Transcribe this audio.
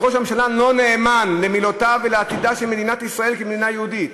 "ראש הממשלה לא נאמן למילותיו ולעתידה של מדינת ישראל כמדינה יהודית".